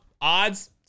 odds